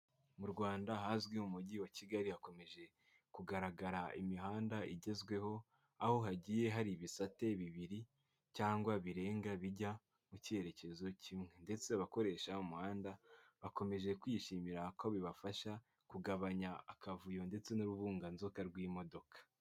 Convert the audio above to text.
Mu Rwanda ahazwi umujyi wa Kigali hakomeje kugaragara imihanda igezweho aho hagiye hari ibisate bibiri cyangwa birenga bijya mu cyerekezo kimwe ndetse abakoresha umuhanda bakomeje kwishimira ko bibafasha kugabanya akavuyo ndetse n'urubunganzoka rw'imodoka.